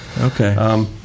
Okay